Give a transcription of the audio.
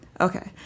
Okay